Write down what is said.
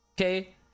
Okay